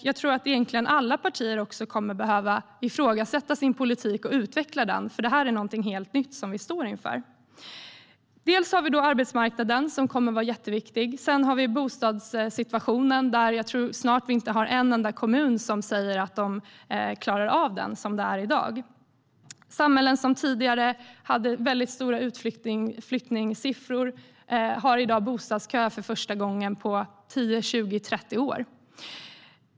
Jag tror egentligen att alla partier kommer att behöva ifrågasätta sin politik och utveckla den, för detta är någonting helt nytt som vi står inför. Dels har vi arbetsmarknaden, som kommer att vara jätteviktig, dels bostadssituationen, där jag tror att vi snart inte har en enda kommun som säger att de klarar av den som det är i dag. Samhällen som tidigare hade stora utflyttningssiffror har i dag bostadskö för första gången på 10, 20 eller 30 år.